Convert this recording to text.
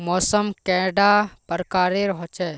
मौसम कैडा प्रकारेर होचे?